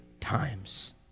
times